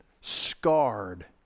scarred